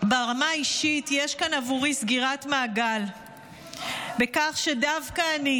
ברמה האישית יש כאן עבורי סגירת מעגל בכך שדווקא אני,